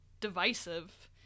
divisive